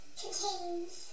contains